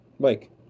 Mike